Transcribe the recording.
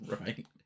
Right